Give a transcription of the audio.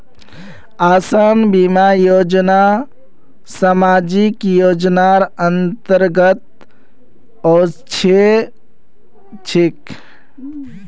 आसान बीमा योजना सामाजिक योजनार अंतर्गत ओसे छेक